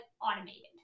automated